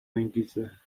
انگیزه